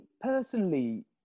personally